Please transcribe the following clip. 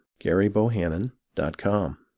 GaryBohannon.com